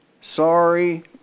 Sorry